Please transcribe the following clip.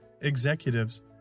executives